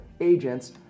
agents